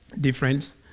difference